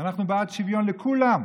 ואנחנו בעד שוויון לכולם,